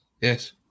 Yes